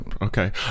Okay